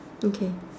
okay